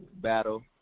battle